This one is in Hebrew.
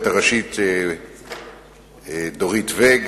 דורית ואג,